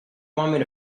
want